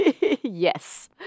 Yes